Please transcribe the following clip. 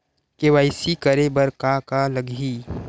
KYC करे बर का का लगही?